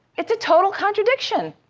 it's a total contradiction.